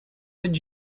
did